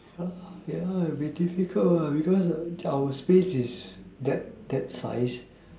uh yeah it's difficult lah because our space is that that size